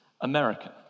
American